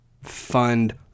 fund